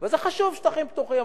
וזה חשוב, שטחים פתוחים.